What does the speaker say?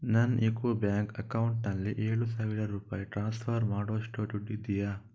ನನ್ನ ಯುಕೋ ಬ್ಯಾಂಕ್ ಅಕೌಂಟಲ್ಲಿ ಏಳು ಸಾವಿರ ರೂಪಾಯಿ ಟ್ರಾನ್ಸ್ಫರ್ ಮಾಡೋಷ್ಟು ದುಡ್ಡಿದೆಯಾ